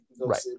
right